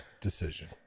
decision